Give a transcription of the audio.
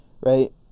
right